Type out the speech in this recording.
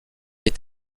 est